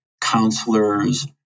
counselors